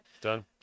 Done